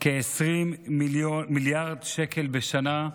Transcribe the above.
של כ-20 מיליארד שקל בשנה,